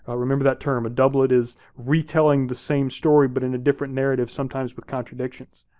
ah remember that term, a doublet is retelling the same story but in a different narrative, sometimes with contradictions.